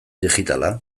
digitala